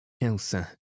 Elsa